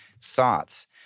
thoughts